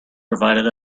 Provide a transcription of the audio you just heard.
provided